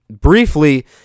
briefly